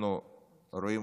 אנחנו רואים,